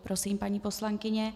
Prosím, paní poslankyně.